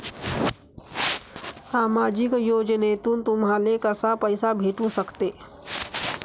सामाजिक योजनेतून तुम्हाले कसा पैसा भेटू सकते?